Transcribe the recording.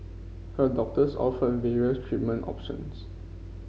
her doctors offered various treatment options